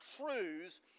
truths